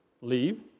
Leave